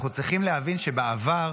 אנחנו צריכים להבין שבעבר